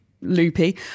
Loopy